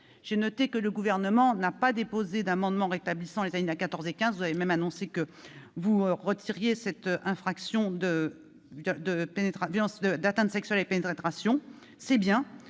J'ai noté que le Gouvernement n'a pas déposé d'amendement rétablissant les alinéas 14 et 15 de l'article 2. Vous avez même annoncé que vous retiriez cette infraction d'atteinte sexuelle avec pénétration, c'est bien.